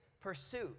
pursuit